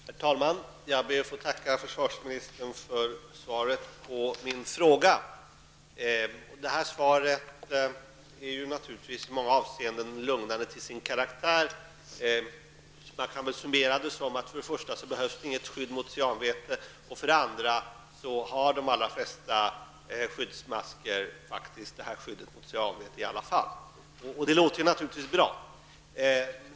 Herr talman! Jag ber att få tacka försvarsministern för svaret på min fråga. Det här svaret är naturligtvis i många avseenden lugnande till sin karaktär. Man kan väl summera och säga att det för det första inte behövs något skydd mot cyanväte och för det andra att de allra flesta skyddsmasker faktiskt i alla fall har skydd mot cyanväte. Detta låter naturligtvis bra.